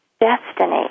destiny